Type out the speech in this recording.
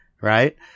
Right